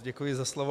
Děkuji za slovo.